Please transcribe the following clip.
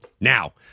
Now